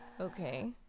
Okay